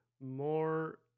more